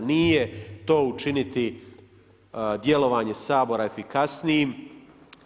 Nije to učiniti djelovanje Sabora efikasnijim,